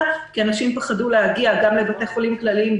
כי אנשים פחדו להגיע גם לבתי חולים כללים,